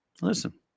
Listen